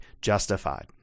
justified